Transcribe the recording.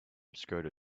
obscured